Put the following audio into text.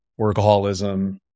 workaholism